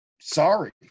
sorry